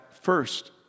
first